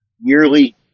yearly